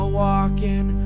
walking